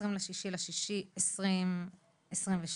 היום ה-26 ביוני 2022,